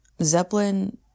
Zeppelin